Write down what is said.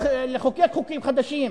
או לחוקק חוקים חדשים.